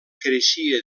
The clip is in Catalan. creixia